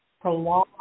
prolong